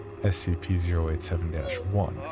SCP-087-1